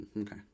Okay